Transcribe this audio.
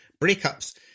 breakups